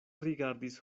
rigardis